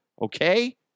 Okay